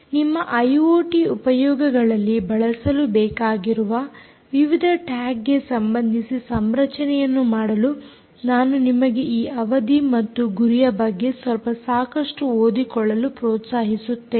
ನಿಮ್ಮ ಐಓಟಿ ಉಪಯೋಗಗಳಲ್ಲಿ ಬಳಸಲು ಬೇಕಾಗಿರುವ ವಿವಿಧ ಟ್ಯಾಗ್ ಗೆ ಸಂಬಂಧಿಸಿ ಸಂರಚನೆಯನ್ನು ಮಾಡಲು ನಾನು ನಿಮಗೆ ಈ ಅವಧಿ ಮತ್ತು ಗುರಿಯ ಬಗ್ಗೆ ಸ್ವಲ್ಪ ಸಾಕಷ್ಟು ಓದಿಕೊಳ್ಳಲು ಪ್ರೋತ್ಸಾಹಿಸುತ್ತೇನೆ